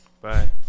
Bye